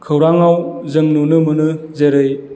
खौराङाव जों नुनो मोनो जेरै